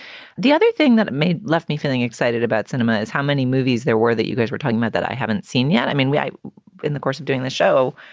the other thing that made left me feeling excited about cinema is how many movies there were that you guys were talking about that i haven't seen yet. i mean, we in the course of doing the show,